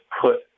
put